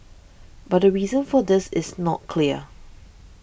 but the reason for this is not clear